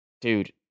dude